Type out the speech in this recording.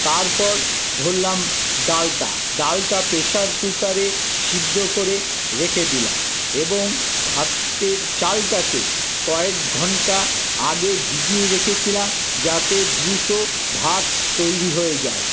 তারপর ধরলাম ডালটা ডালটা প্রেশার কুকারে সিদ্ধ করে রেখে দিলাম এবং ভাতের চালটাকে কয়েক ঘন্টা আগে ভিজিয়ে রেখেছিলাম যাতে দ্রুত ভাত তৈরি হয়ে যায়